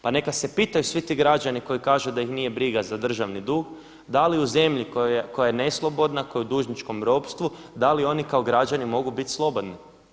Pa neka se pitaju svi ti građani koji kažu da ih nije briga za državni dug da li u zemlji koja je neslobodna, koja je u dužničkom ropstvu, da li oni kao građani mogu bit slobodni?